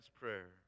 prayer